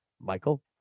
Michael